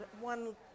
one